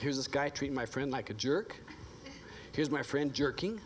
here's this guy treat my friend like a jerk here's my friend jerking